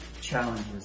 challenges